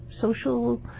social